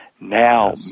Now